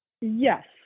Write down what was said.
Yes